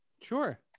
sure